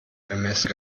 ermessen